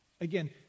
Again